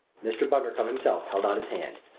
mr. bundercombe himself held out his hand.